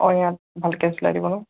অঁ ইয়াতে ভালকে চিলাই দিব ন